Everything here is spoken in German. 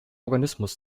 organismus